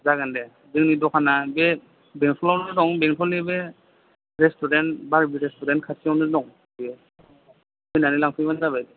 जागोन दे जोंनि दखाना बे बेंथलावनो दं बेंथलनि बे रेस्टुरेन्ट बारबि रेस्टुरेन्ट खाथिआवनो दं बेयो फैनानै लांफैब्लानो जाबाय